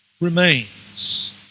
remains